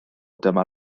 dyma